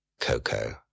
Coco